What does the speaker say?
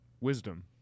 wisdom